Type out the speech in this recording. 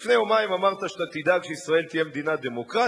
לפני יומיים אמרת שאתה תדאג שישראל תהיה מדינה דמוקרטית,